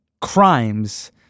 crimes